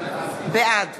בעד